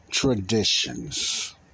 Traditions